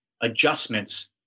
adjustments